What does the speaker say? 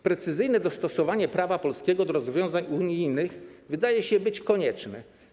Precyzyjne dostosowanie prawa polskiego do rozwiązań unijnych wydaje się konieczne.